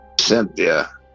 Cynthia